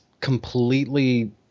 completely